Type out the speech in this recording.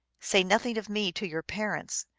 say nothing of me to your parents,